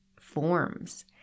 forms